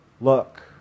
look